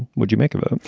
would you make a move?